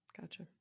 Gotcha